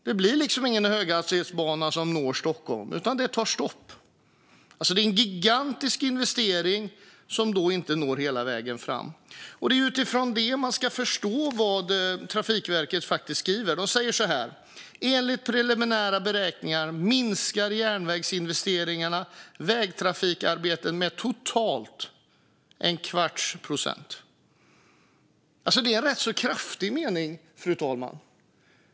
Det blir ingen höghastighetsbana som når Stockholm, utan det tar stopp. Det är en gigantisk investering som inte når hela vägen fram. Det är utifrån detta man ska förstå vad Trafikverket skriver. De säger så här: "Enligt preliminära beräkningar minskar järnvägsinvesteringarna vägtrafikarbetet med totalt en kvarts procent." Det är en rätt kraftig mening.